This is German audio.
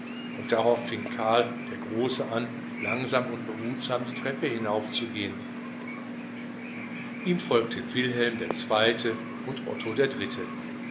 und darauf fing karl der große an langsam und behutsam die treppe hinaufzugehen ihm folgte wilhelm der zweite und otto der dritte